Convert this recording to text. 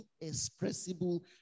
inexpressible